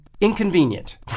inconvenient